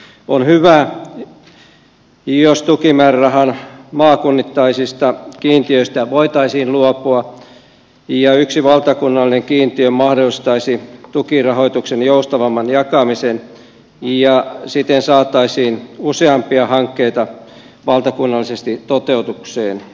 on hyvä jos tukimäärärahan maakunnittaisista kiintiöistä voitaisiin luopua ja yksi valtakunnallinen kiintiö mahdollistaisi tukirahoituksen joustavamman jakamisen ja siten saataisiin useampia hankkeita valtakunnallisesti toteutukseen